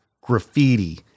graffiti